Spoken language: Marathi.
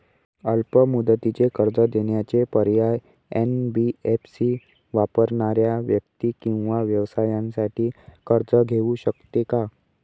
अल्प मुदतीचे कर्ज देण्याचे पर्याय, एन.बी.एफ.सी वापरणाऱ्या व्यक्ती किंवा व्यवसायांसाठी कर्ज घेऊ शकते का?